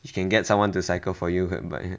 you can get someone to cycle for you but